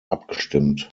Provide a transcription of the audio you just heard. abgestimmt